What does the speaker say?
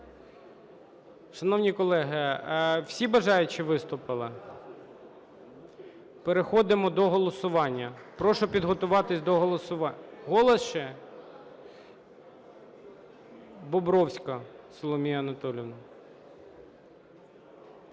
Шановні колеги, всі бажаючі виступили? Переходимо до голосування. Прошу підготуватися до голосування. "Голос" ще? Бобровська Соломія Анатоліївна.